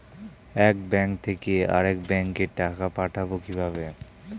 এক ব্যাংক থেকে আরেক ব্যাংকে টাকা পাঠাবো কিভাবে?